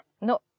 No